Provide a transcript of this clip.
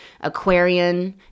Aquarian